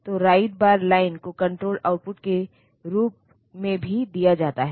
तो write bar line को control output के रूप में भी दिया जाता है